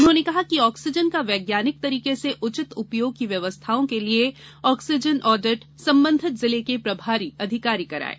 उन्होंने कहा कि ऑक्सीजन का वैज्ञानिक तरीके से उचित उपयोग की व्यवस्थाओं के लिए ऑक्सीजन ऑडिट संबंधित जिले के प्रभारी अधिकारी करायें